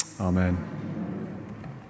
amen